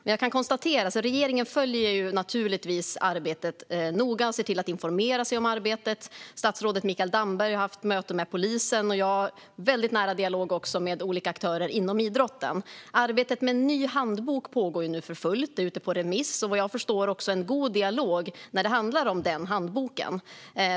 Men regeringen följer naturligtvis arbetet noga och ser till att informera sig om arbetet. Statsrådet Mikael Damberg har haft möte med polisen, och jag har väldigt nära dialog med olika aktörer inom idrotten. Arbetet med en ny handbok pågår nu för fullt. Det är ute på remiss. Vad jag förstår är det en god dialog när det handlar om den handboken.